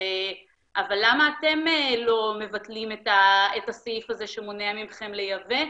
אבל למה אתם לא מבטלים את הסעיף הזה שמונע מכם לייבא?